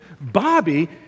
Bobby